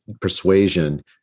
persuasion